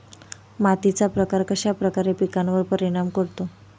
मातीचा प्रकार कश्याप्रकारे पिकांवर परिणाम करतो?